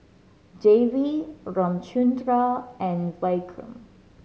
Devi Ramchundra and Vikram